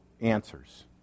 answers